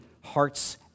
heart's